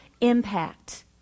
impact